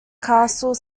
castle